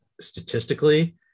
statistically